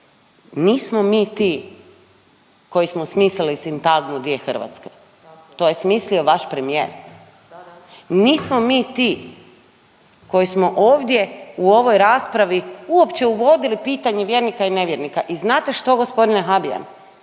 nismo mi ti koji smo smisli sintagmu dvije Hrvatske, to je smislio vaš premijer. Nismo mi ti koji smo ovdje u ovoj raspravi uopće uvodili pitanje vjernika i nevjernika. I znate što gospodine Habijan,